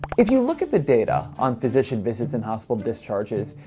if you look at the data on physician visits and hospital discharges,